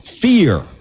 fear